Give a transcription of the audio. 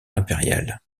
impériale